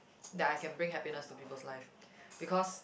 that I can bring happiness to people's lives because